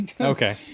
okay